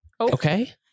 Okay